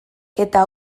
eta